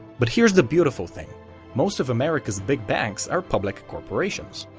but here's the beautiful thing most of america's big banks are public corporations.